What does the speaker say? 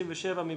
57 מי